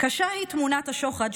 "קשה היא תמונת השוחד,